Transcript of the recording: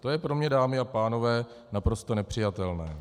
To je pro mne, dámy a pánové, naprosto nepřijatelné.